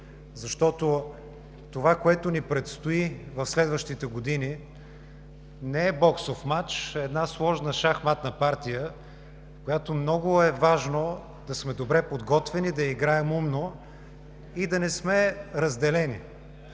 защото това, което ни предстои в следващите години не е боксов мач, а една сложна шахматна партия, в която е много важно да сме добре подготвени, да я играем умно и да не сме разделени.